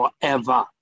forever